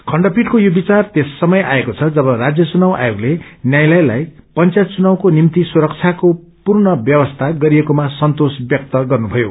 खण्ड पीठको यो विचार त्यस समय आएको छ जब राज्य चुनाव आयोगले न्यायलयलाई पंचायत चुनाकको निम्ति पुरखाको पूर्ण व्यवस्था गरिएकोमा सन्तोष व्यक्त गर्नु भयो